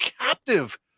captive